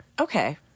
Okay